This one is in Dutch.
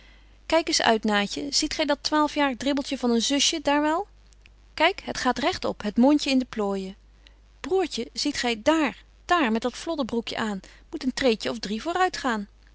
kyk eens uit naatje ziet gy dat twaalfjarig dribbeltje van een zusje daar wel kyk het gaat regt op het mondje in de plooijen broêrtje ziet gy dààr dààr met dat flodderbroekje aan moet een treedje of drie